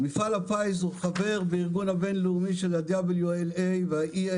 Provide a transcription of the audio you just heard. מפעל הפיס חבר בארגון הבין-לאומי WLA ו-EL.